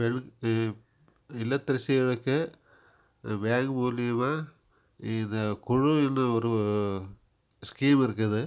இல்லத்தரசிகளுக்கு bank மூலிமா இது குழுன்னு ஒரு ஸ்கீம் இருக்குது